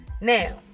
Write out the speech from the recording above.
now